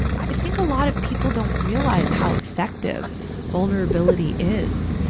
i think a lot of people don't realize how effective vulnerability is.